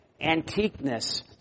antiqueness